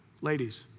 Ladies